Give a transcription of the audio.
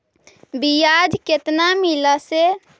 बियाज केतना मिललय से?